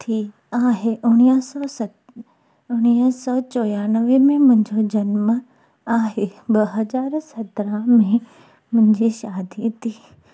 थी आहे उणिवीह सौ स उणिवीह सौ चोरानवे में मुंहिंजो जनम आहे ॿ हज़ार सतरहां में मुंहिंजी शादी थी